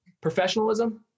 professionalism